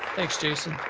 thanks, jason.